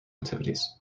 activities